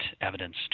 evidence